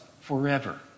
forever